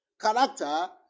Character